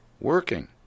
Working